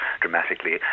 dramatically